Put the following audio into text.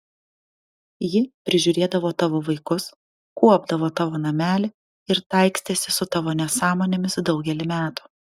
ji prižiūrėdavo tavo vaikus kuopdavo tavo namelį ir taikstėsi su tavo nesąmonėmis daugelį metų